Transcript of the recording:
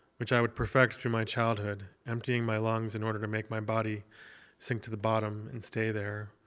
which i would perfect through my childhood, emptying my lungs in order to make my body sink to the bottom and stay there,